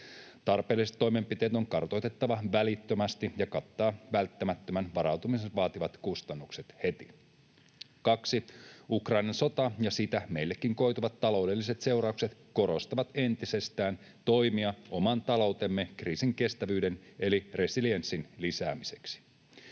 Tarpeelliset toimenpiteet on kartoitettava välittömästi ja katettava välttämättömän varautumisen vaativat kustannukset heti. 2) Ukrainan sota ja siitä meillekin koituvat taloudelliset seuraukset korostavat entisestään toimia oman taloutemme kriisinkestävyyden eli resilienssin lisäämiseksi.